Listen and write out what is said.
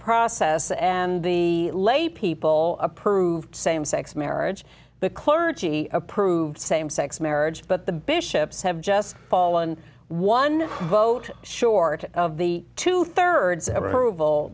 process and the lay people approved same sex marriage the clergy approved same sex marriage but the bishops have just fallen one vote short of the two thirds ov